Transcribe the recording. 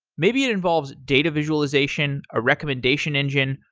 maybe it involves data visualization, a recommendation engine,